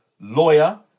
lawyer